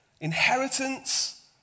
inheritance